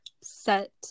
set